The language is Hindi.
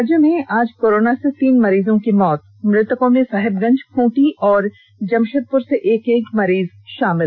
राज्य में आज कोरोना से तीन मरीजों की मौत मृतकों में साहेबगंज खूंटी और जमषेदपुर से एक एक मरीज शामिल